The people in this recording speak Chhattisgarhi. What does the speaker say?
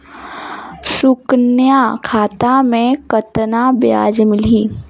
सुकन्या खाता मे कतना ब्याज मिलही?